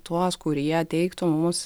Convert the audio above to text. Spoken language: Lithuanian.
tuos kurie teiktų mums